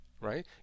right